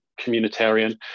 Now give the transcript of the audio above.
communitarian